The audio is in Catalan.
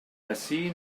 ací